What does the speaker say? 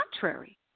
contrary